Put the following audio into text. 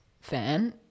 fan